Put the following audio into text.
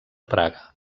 praga